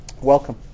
Welcome